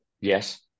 Yes